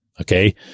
Okay